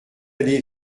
allée